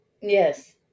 Yes